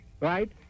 right